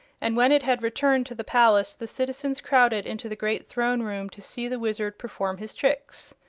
and when it had returned to the palace the citizens crowded into the great throne room to see the wizard perform his tricks.